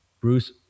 Bruce